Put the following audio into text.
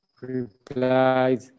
replied